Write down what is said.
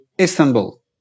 Istanbul